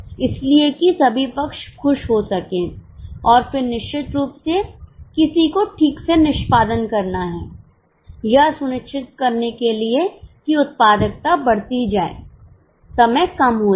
इसलिए कि सभी पक्ष खुश हो सके और फिर निश्चित रूप से किसी को ठीक से निष्पादन करना है यह सुनिश्चित करने के लिए कि उत्पादकता बढ़ती जाए समय कम हो जाए